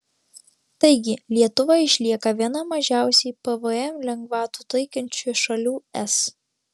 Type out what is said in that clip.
taigi lietuva išlieka viena mažiausiai pvm lengvatų taikančių šalių es